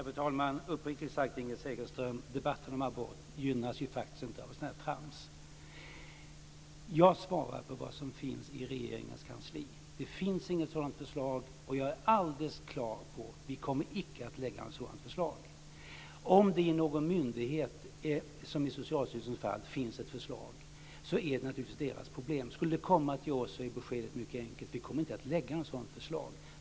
Fru talman! Uppriktigt sagt gynnas debatten om abort inte av sådant trams, Inger Segelström. Jag har svarat på frågan om vad som finns i regeringens kansli. Det finns inget sådant förslag, och jag är alldeles klar över att vi icke kommer att lägga fram något sådant förslag. Om det i någon myndighet som Socialstyrelsen finns ett förslag är det naturligtvis dess problem. Skulle det komma till oss är beskedet mycket enkelt. Vi kommer inte att lägga fram något sådant förslag.